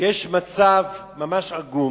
המצב ממש עגום,